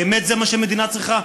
באמת זה מה שהמדינה צריכה?